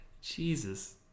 Jesus